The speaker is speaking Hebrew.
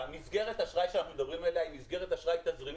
מסגרת האשראי עליה אנחנו מדברים היא מסגרת אשראי תזרימית.